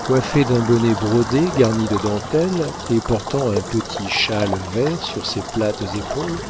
coiffée d'un bonnet brodé garni de dentelle et portant un petit châle vert sur ses plates épaules